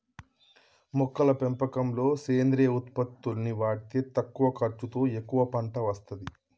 మొక్కల పెంపకంలో సేంద్రియ ఉత్పత్తుల్ని వాడితే తక్కువ ఖర్చుతో ఎక్కువ పంట అస్తది